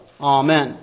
Amen